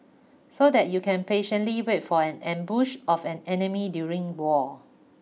so that you can patiently wait for an ambush of an enemy during war